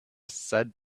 said